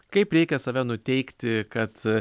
kaip reikia save nuteikti kad